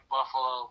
Buffalo